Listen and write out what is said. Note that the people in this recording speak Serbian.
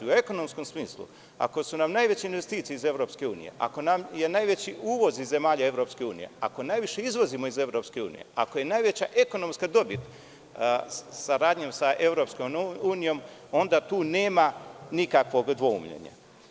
U ekonomskom smislu, ako su nam najveće investicije iz EU, ako nam je najveći uvoz iz zemalja EU, ako najviše izvozimo iz EU, ako je najveća ekonomska dobit saradnja sa EU, onda tu nema nikakvog dvoumljenja.